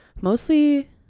mostly